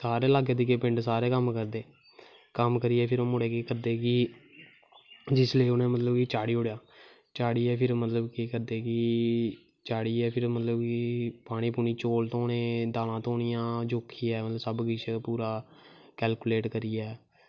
साढ़े लाके च पिंड सारे कम्म करदे कम्म करियै ओह् मतलव केह् करदे कि जिसलै उनै मतलव कि चाढ़ी ओड़ेआ चाढ़ियै मतलव की फिर केह् करदे कि चाढ़ियै फिर चौल धोनें दालां धोनियां जोक्खियै सब किशपूरा कैलकूलेट करियै